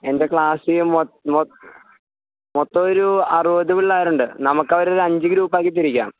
എൻ്റെ ക്ലാസിൽ മൊത്തം മൊത്തം മൊത്തം ഒരൂ അറുപത് പിള്ളേരുണ്ട് നമുക്ക് അവരെ ഒരു അഞ്ച് ഗ്രൂപ്പാക്കി തിരിക്കാം